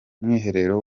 mwiherero